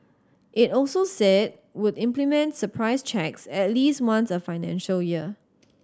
it also said would implement surprise checks at least once a financial year